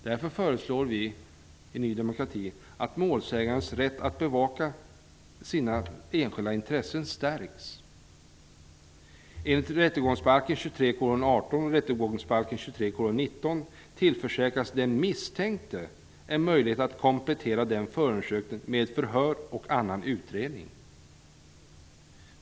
Därför föreslår vi i Ny demokrati att målsägarens rätt att bevaka sina enskilda instressen stärks. rättegångsbalken tillförsäkras den misstänkte en möjlighet att komplettera förundersökningen med förhör och annan utredning.